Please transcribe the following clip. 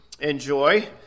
Enjoy